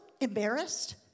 embarrassed